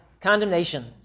condemnation